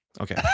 okay